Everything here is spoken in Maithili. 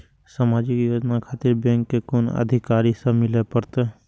समाजिक योजना खातिर बैंक के कुन अधिकारी स मिले परतें?